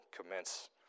commence